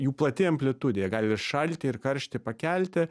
jų plati amplitudė jie gali ir šaltį ir karštį pakelti